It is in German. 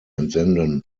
entsenden